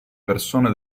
persone